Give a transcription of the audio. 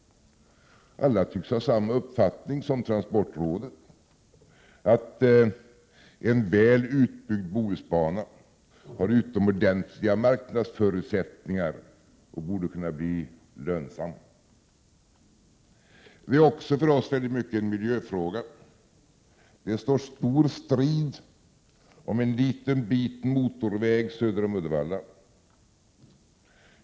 Och alla tycks ha samma uppfattning som transportrådet, nämligen att en väl utbyggd Bohusbana har utomordentliga marknadsförutsättningar och borde kunna bli lönsam. Detta är för oss också väldigt mycket av en miljöfråga. Det står stor strid om en liten bit motorväg söder om Uddevalla.